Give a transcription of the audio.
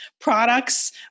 products